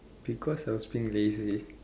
because I was being lazy